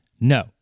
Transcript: No